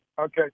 Okay